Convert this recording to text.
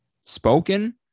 spoken